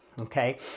okay